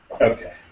Okay